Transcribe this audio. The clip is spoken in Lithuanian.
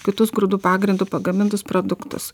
kitus grūdų pagrindu pagamintus produktus